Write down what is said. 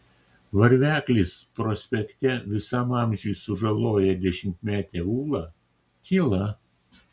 varveklis prospekte visam amžiui sužaloja dešimtmetę ulą tyla